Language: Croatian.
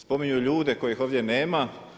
Spominju ljude kojih ovdje nema.